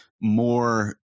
more